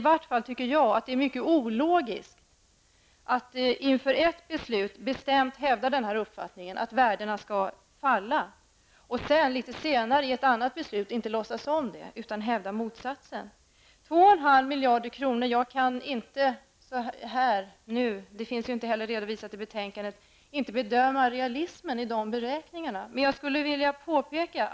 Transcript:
Det är mycket ologiskt att inför ett beslut bestämt hävda denna uppfattning att värdena skall falla men litet senare i ett annat beslut inte låtsas om det utan hävda motsatsen. Jag kan inte här och nu bedöma realismen i bebeloppet 2,5 miljarder kronor. Det äår inte heller redovisat i betänkandetn.